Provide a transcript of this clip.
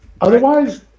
Otherwise